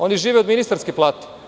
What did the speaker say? Oni žive od ministarske plate.